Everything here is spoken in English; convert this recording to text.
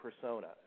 persona